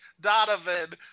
donovan